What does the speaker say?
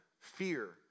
fear